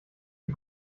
die